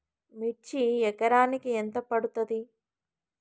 మిర్చి ఎకరానికి ఎంత పండుతది?